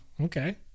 okay